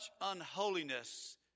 unholiness